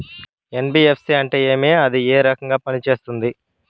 NBFC అంటే ఏమి అది ఏ రకంగా పనిసేస్తుంది